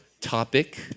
topic